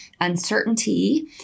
uncertainty